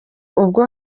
ubwo